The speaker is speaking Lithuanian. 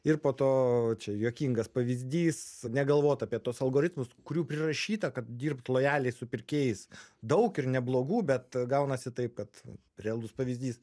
ir po to čia juokingas pavyzdys negalvot apie tuos algoritmus kurių prirašyta kad dirbt lojaliai su pirkėjais daug ir neblogų bet gaunasi taip kad realus pavyzdys